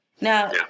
Now